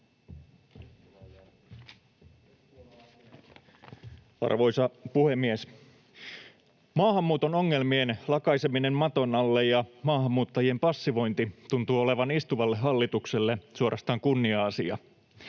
Arvoisa puhemies! Maahanmuuton ongelmien lakaiseminen maton alle ja maahanmuuttajien passivointi tuntuvat olevan istuvalle hallitukselle suorastaan kunnia-asia.